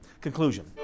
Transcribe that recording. Conclusion